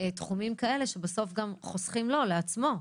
תחומים כאלה, שבסוף גם חוסכים לו לעצמו?